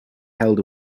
held